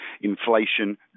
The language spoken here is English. Inflation